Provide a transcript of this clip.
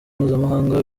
mpuzamahanga